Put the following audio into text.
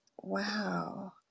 wow